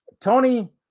Tony